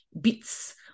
bits